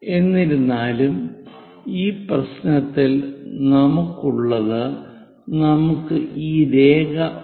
എന്നിരുന്നാലും ഈ പ്രശ്നത്തിൽ നമുക്കുള്ളത് നമുക്ക് ഈ രേഖ ഉണ്ട്